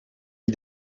die